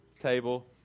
table